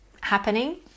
happening